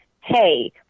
Hey